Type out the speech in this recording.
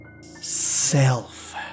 Self